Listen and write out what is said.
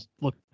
look